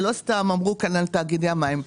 לא סתם דיברו כאן על תאגידי המים.